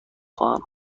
خواهم